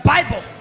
Bible